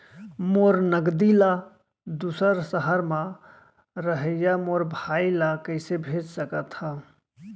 मोर नगदी ला दूसर सहर म रहइया मोर भाई ला कइसे भेज सकत हव?